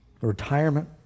retirement